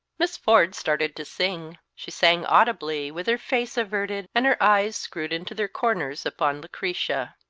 miss ford started to sing she sang audibly, with her face averted and her eyes screwed into their corners upon lucretia.